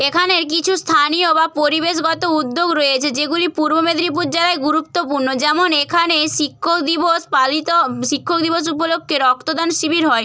এখানের কিছু স্থানীয় বা পরিবেশগত উদ্যোগ রয়েছে যেগুলি পূর্ব মেদিনীপুর জেলায় গুরুত্বপূর্ণ যেমন এখানে শিক্ষক দিবস পালিত শিক্ষক দিবস উপলক্কে রক্তদান শিবির হয়